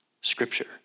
Scripture